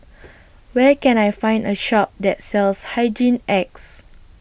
Where Can I Find A Shop that sells Hygin X